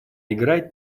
играть